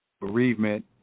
Bereavement